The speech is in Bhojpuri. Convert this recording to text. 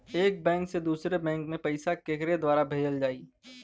एक बैंक से दूसरे बैंक मे पैसा केकरे द्वारा भेजल जाई?